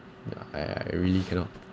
ya I I really cannot